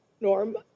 Norm